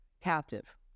captive